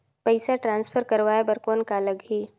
पइसा ट्रांसफर करवाय बर कौन का लगही?